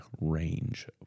range